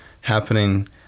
happening